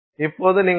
இப்போது நீங்கள் ஆர்